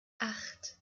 acht